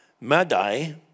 Madai